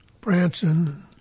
Branson